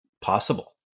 possible